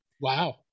wow